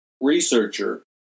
researcher